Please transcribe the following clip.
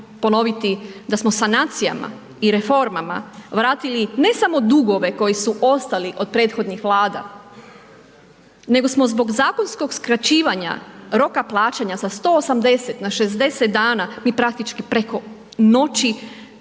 ponoviti da smo sanacijama i reformama vratili ne samo dugove koji su ostali od prethodnih Vlada, nego smo zbog zakonskog skraćivanja roka plaćanja sa 180 na 60 mi praktički preko noći